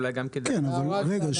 רגע.